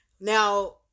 Now